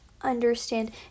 understand